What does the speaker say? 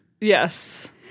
Yes